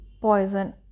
poison